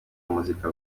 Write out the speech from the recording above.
muzika